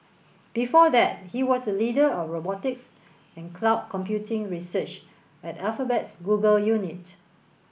before that he was the leader of robotics and cloud computing research at Alphabet's Google unit